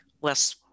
less